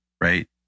right